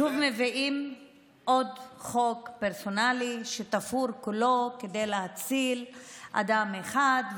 שוב מביאים עוד חוק פרסונלי שתפור כולו כדי להציל אדם אחד,